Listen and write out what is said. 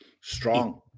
strong